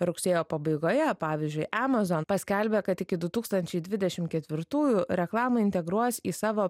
rugsėjo pabaigoje pavyzdžiui amazon paskelbė kad iki du tūkstančiai dvidešimt ketvirtųjų reklamą integruos į savo